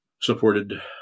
supported